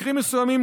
במקרים מסוימים,